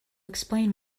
explain